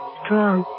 strong